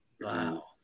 Wow